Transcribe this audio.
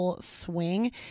swing